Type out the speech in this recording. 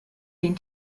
den